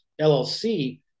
LLC